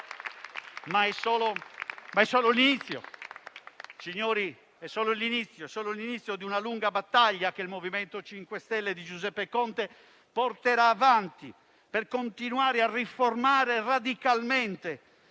è solo l'inizio di una lunga battaglia che il MoVimento 5 Stelle di Giuseppe Conte porterà avanti per continuare a riformare radicalmente